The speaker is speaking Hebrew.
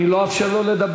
אני לא אאפשר לו לדבר.